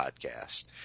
podcast